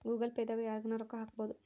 Google Pay ದಾಗ ಯರ್ಗನ ರೊಕ್ಕ ಹಕ್ಬೊದು